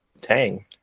Tang